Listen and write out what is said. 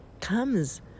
comes